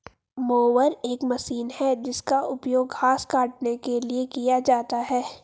mower एक मशीन है जिसका उपयोग घास काटने के लिए किया जाता है